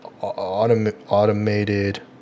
automated